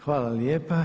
Hvala lijepa.